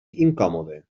incòmode